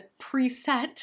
preset